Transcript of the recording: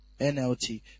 NLT